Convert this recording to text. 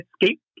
escape